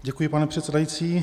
Děkuji, pane předsedající.